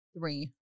three